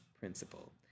principle